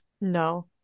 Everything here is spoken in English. No